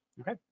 okay